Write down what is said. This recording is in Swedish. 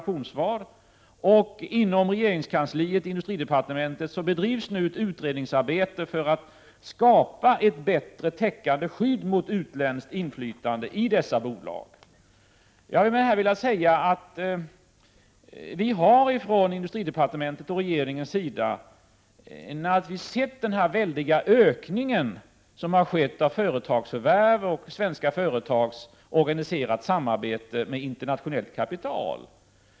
Inom regeringskansliet, inom industridepartementet, bedrivs nu ett utredningsarbete för att skapa ett bättre täckande skydd mot utländskt inflytande i dessa bolag. Jag har med detta velat säga att vi från industridepartementets och regeringens sida naturligtvis har observerat denna väldiga ökning som har skett av företagsförvärv och svenska företags organiserade samarbete med internationellt kapital.